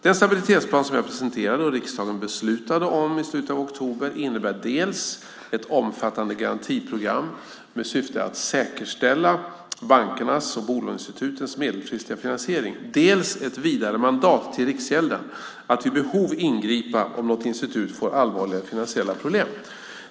Den stabilitetsplan som jag presenterade och riksdagen beslutade om i slutet av oktober innebär dels ett omfattande garantiprogram med syfte att säkerställa bankernas och bolåneinstitutens medelfristiga finansiering, dels ett vidare mandat till Riksgälden att vid behov ingripa om något institut får allvarligare finansiella problem.